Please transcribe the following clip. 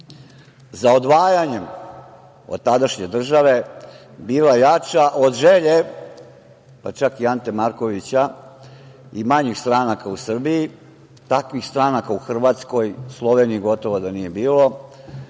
za odvajanjem od tadašnje države bila jača od želje, pa čak i Ante Markovića i manjih stranaka u Srbiji, takvih stranaka u Hrvatskoj, Sloveniji gotovo da nije bilo,